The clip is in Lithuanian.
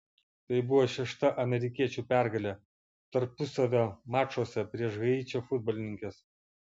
tai buvo šešta amerikiečių pergalė tarpusavio mačuose prieš haičio futbolininkes